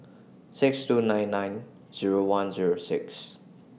six two nine nine Zero one Zero six